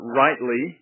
rightly